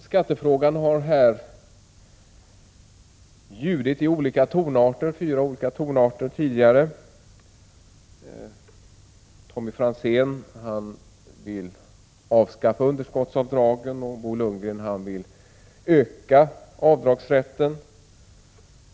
Skattefrågan har här tidigare ljudit i fyra olika tonarter. Tommy Franzén vill avskaffa underskottsavdragen, och Bo Lundgren vill öka avdragsrätten.